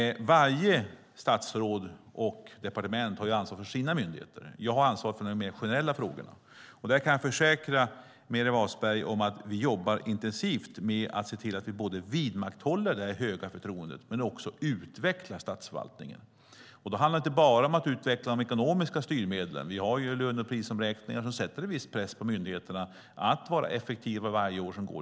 Varje statsråd och departement har ansvar för sina myndigheter. Jag har ansvar för de mer generella frågorna. Jag kan försäkra Meeri Wasberg om att vi jobbar intensivt med att både vidmakthålla det höga förtroendet och att utveckla statsförvaltningen. Då handlar det inte bara om att utveckla de ekonomiska styrmedlen. Vi har ju löne och prisomräkningar som sätter en viss press på myndigheterna att vara effektiva varje år som går.